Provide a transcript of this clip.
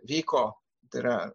vyko tai yra